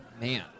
Man